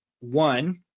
One